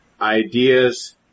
ideas